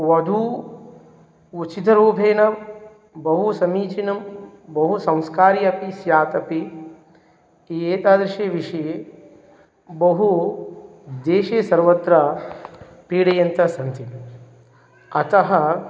वधुः उचितरूपेण बहु समीचीना बहु संस्कारी अपि स्यात् अपि एतादृशः विषये बहु देशे सर्वत्र पीडयन्तास्सन्ति अतः